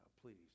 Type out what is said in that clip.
please